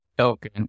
Okay